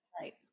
Right